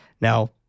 Now